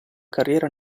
carriera